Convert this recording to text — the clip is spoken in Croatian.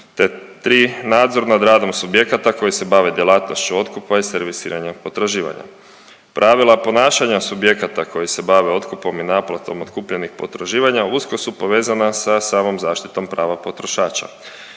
3, nadzor nad radom subjekata koji se bave djelatnošću otkupa i servisiranja potraživanja. Pravila ponašanja subjekata koji se bave otkupom i naplatom otkupljenih potraživanja usko su povezana sa samom zaštitom prava potrošača.